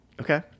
Okay